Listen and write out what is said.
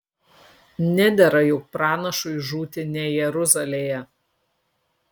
nedera juk pranašui žūti ne jeruzalėje